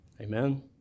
Amen